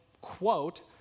quote